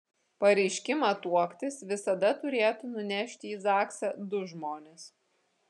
pareiškimą tuoktis visada turėtų nunešti į zaksą du žmonės